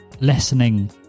lessening